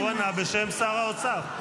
אז הוא ענה בשם שר האוצר.